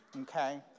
Okay